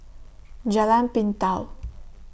Jalan Pintau